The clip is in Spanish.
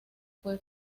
fue